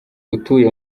utuye